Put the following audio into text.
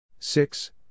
Six